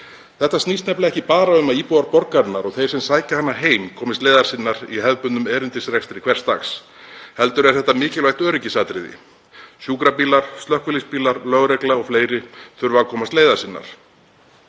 Þetta snýst nefnilega ekki bara um að íbúar borgarinnar og þeir sem sækja hana heim komist leiðar sinnar í hefðbundnum erindisrekstri hversdags heldur er þetta mikilvægt öryggisatriði. Sjúkrabílar, slökkviliðsbílar, lögregla og fleiri þurfa að komast leiðar sinnar.